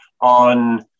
on